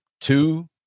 two